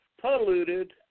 polluted